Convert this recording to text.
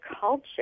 culture